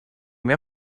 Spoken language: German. mehr